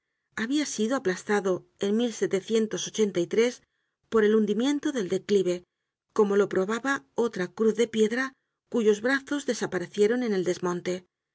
habia sido aplastado en por el hundimiento del declive como lo probaba otra cruz de piedra cuyos brazos desaparecieron en el desmonte